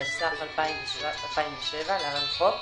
התשס"ח-2007 (להלן-החוק),